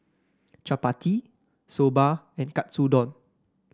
Chapati Soba and Katsudon